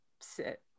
sit